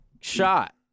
shot